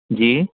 जी